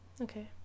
Okay